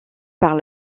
par